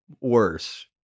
worse